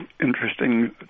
interesting